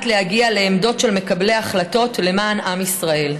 להגיע לעמדות של מקבלי החלטות למען עם ישראל.